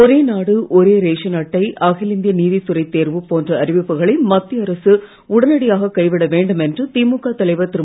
ஒரே நாடு ஒரே ரேஷன் அட்டை அகில இந்திய நீதித் துறை தேர்வு போன்ற அறிவிப்புகளை மத்திய அரசு உடனடியாக கைவிட வேண்டும் என்று திமுக தலைவர் திரு